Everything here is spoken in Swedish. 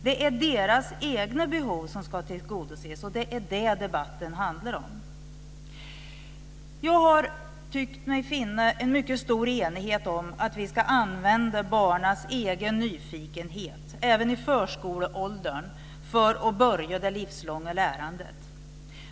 Det är deras egna behov som ska tillgodoses, och det är det debatten handlar om. Jag har tyckt mig finna en stor enighet om att vi ska använda barnens egen nyfikenhet även i förskoleåldern för att börja det livslånga lärandet.